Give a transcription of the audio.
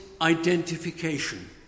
identification